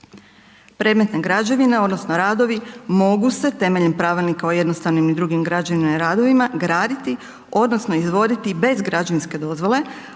Predmetna građevina odnosno radovi mogu se temeljem Pravilnika o jednostavnim i drugim građevinama i radovima, graditi odnosno izvoditi bez građevinske dozvole